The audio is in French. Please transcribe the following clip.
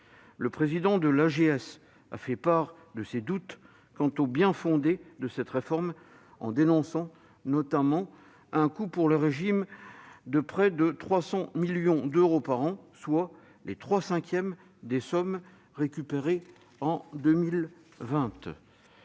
Le président de l'AGS a fait part de ses doutes quant au bien-fondé de cette réforme, dénonçant notamment un coût pour le régime de près de 300 millions d'euros par an, soit les trois cinquièmes des sommes récupérées en 2020.